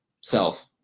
self